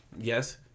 yes